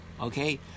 okay